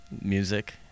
music